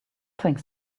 think